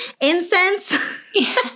incense